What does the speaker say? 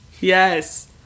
Yes